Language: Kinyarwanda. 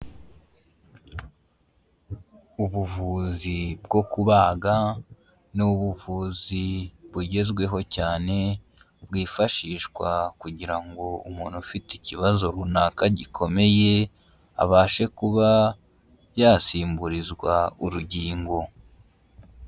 Ubuvuzi bwo kubaga, ni ubuvuzi bugezweho cyane bwifashishwa kugira ngo umuntu ufite ikibazo runaka gikomeye abashe kuba yasimburizwa urugingo.